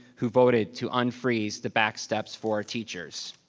who voted to unfreeze the back steps for teachers.